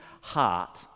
heart